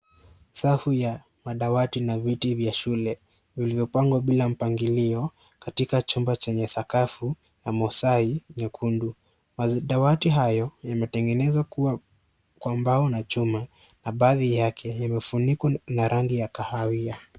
Safu ya madawati na viti vya shule. Vilivyopangwa bila mpangilio, katika chumba chenye sakafu na mosai nyekundu. Dawati hayo imetengenezwa kwa mbao na chuma. Na baadhi yake imefunikwa na rangi ya kahawia.